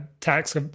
tax